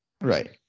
Right